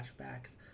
flashbacks